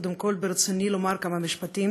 קודם כול ברצוני לומר כמה משפטים